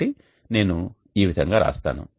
కాబట్టి నేను ఈ విధంగా రాస్తాను